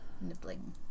Nibbling